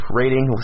rating